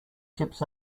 chips